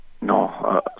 no